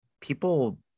people